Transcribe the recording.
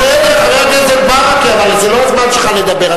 בסדר, חבר הכנסת ברכה, אבל זה לא הזמן שלך לדבר.